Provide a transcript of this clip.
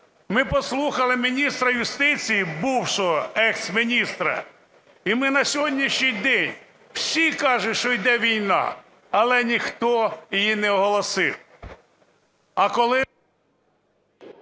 Ми послухали міністра юстиції бувшого, ексміністра, і ми, на сьогоднішній день, всі кажуть, що йде війна, але ніхто її не оголосив.